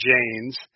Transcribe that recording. Jane's